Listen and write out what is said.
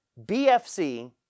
BFC